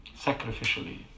sacrificially